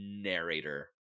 narrator